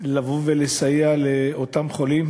לבוא ולסייע לאותם חולים